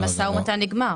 המשא ומתן נגמר.